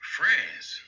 friends